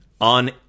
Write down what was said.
on